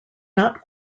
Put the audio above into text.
not